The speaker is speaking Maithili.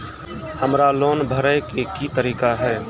हमरा लोन भरे के की तरीका है?